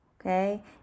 Okay